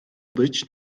być